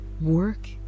work